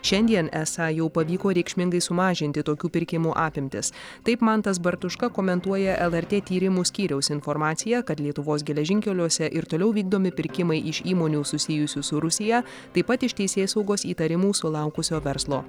šiandien esą jau pavyko reikšmingai sumažinti tokių pirkimų apimtis taip mantas bartuška komentuoja lrt tyrimų skyriaus informaciją kad lietuvos geležinkeliuose ir toliau vykdomi pirkimai iš įmonių susijusių su rusija taip pat iš teisėsaugos įtarimų sulaukusio verslo